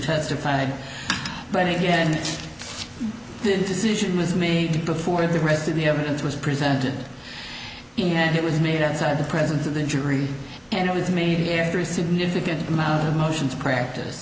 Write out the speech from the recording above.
testified but again this decision was made before the rest of the evidence was presented and it was made outside the presence of the injury and it was made after a significant amount of motions practice